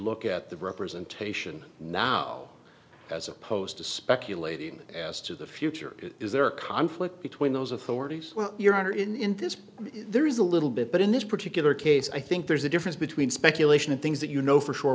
look at the representation now as opposed to speculating as to the future is there a conflict between those authorities well your honor in this there is a little bit but in this particular case i think there's a difference between speculation and things that you know for sure